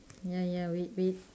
ya ya wait wait